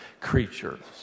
creatures